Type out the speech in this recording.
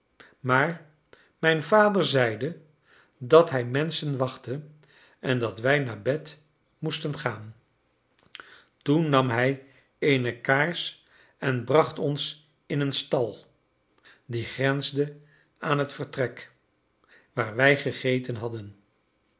maar mijn vader zeide dat hij menschen wachtte en dat wij naar bed moesten gaan toen nam hij eene kaars en bracht ons in een stal die grensde aan het vertrek waar wij gegeten hadden